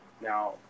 now